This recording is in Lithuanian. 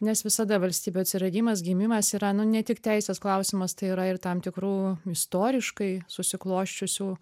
nes visada valstybių atsiradimas gimimas yra nu ne tik teisės klausimas tai yra ir tam tikrų istoriškai susiklosčiusių